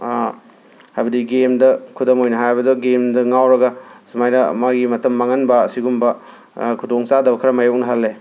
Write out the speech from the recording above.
ꯍꯥꯏꯕꯗꯤ ꯒꯦꯝꯗ ꯈꯨꯗꯝ ꯑꯣꯏꯅ ꯍꯥꯏꯔꯕꯗ ꯒꯦꯝꯗ ꯉꯥꯎꯔꯒ ꯁꯨꯃꯥꯏꯅ ꯃꯥꯒꯤ ꯃꯇꯝ ꯃꯥꯡꯍꯟꯕ ꯑꯁꯤꯒꯨꯝꯕ ꯈꯨꯗꯣꯡꯆꯥꯗꯕ ꯈꯔ ꯃꯥꯌꯣꯛꯅꯍꯜꯂꯦ